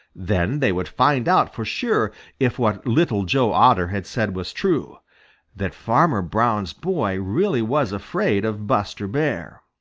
then they would find out for sure if what little joe otter had said was true that farmer brown's boy really was afraid of buster bear.